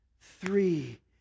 three